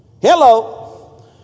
Hello